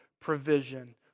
provision